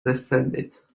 descended